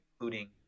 including